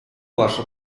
вашу